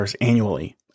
annually